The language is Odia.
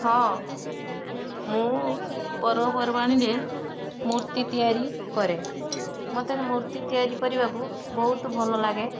ହଁ ମୁଁ ପର୍ବପର୍ବାଣୀରେ ମୂର୍ତ୍ତି ତିଆରି କରେ ମୋତେ ମୂର୍ତ୍ତି ତିଆରି କରିବାକୁ ବହୁତ ଭଲ ଲାଗେ